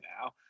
now